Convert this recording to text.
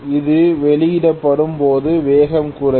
இது வெளியிடப்படும் போது வேகம் குறையும்